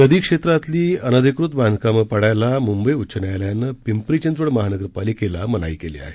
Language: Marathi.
नदी क्षेत्रातली अनधिकृत बांधकामं पाडायला मुंबई उच्च न्यायालयानं पिंपरी चिंचवड महानगर पालिकेला मनाई केली आहे